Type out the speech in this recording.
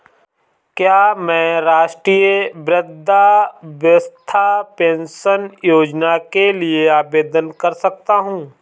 क्या मैं राष्ट्रीय वृद्धावस्था पेंशन योजना के लिए आवेदन कर सकता हूँ?